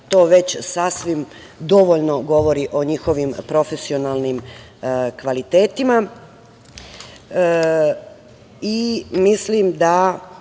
To već sasvim dovoljno govori o njihovim profesionalnim kvalitetima. Mislim